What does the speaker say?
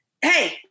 Hey